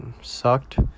sucked